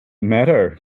matter